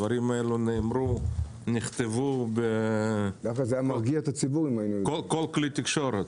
הדברים האלה נאמרו נכתבו בכל כלי תקשורת.